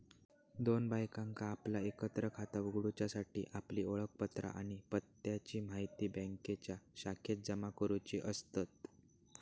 दोन बायकांका आपला एकत्र खाता उघडूच्यासाठी आपली ओळखपत्रा आणि पत्त्याची म्हायती बँकेच्या शाखेत जमा करुची असतत